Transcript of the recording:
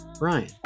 Ryan